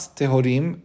tehorim